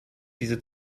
diese